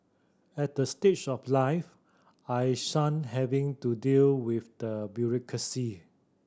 at the stage of life I shun having to deal with the bureaucracy